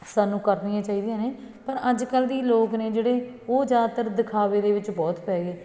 ਸਾਨੂੰ ਕਰਨੀਆਂ ਚਾਹੀਦੀਆਂ ਨੇ ਪਰ ਅੱਜ ਕੱਲ੍ਹ ਦੇ ਲੋਕ ਨੇ ਜਿਹੜੇ ਉਹ ਜ਼ਿਆਦਾਤਰ ਦਿਖਾਵੇ ਦੇ ਵਿੱਚ ਬਹੁਤ ਪੈ ਗਏ